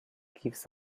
gives